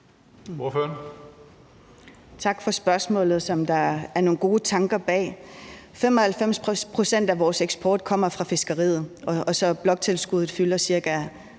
Tak for spørgsmålet, som der er nogle gode tanker bag; 95 pct. af vores eksport kommer fra fiskeriet, og bloktilskuddet fylder